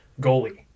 goalie